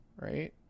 right